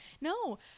no